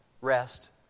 Rest